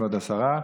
כבוד השרה: